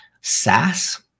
SaaS